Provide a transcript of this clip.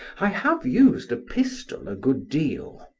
i have used a pistol a good deal.